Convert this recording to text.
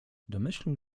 domyślił